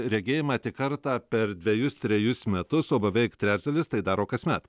regėjimą tik kartą per dvejus trejus metus o beveik trečdalis tai daro kasmet